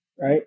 right